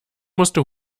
musste